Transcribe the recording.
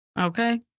Okay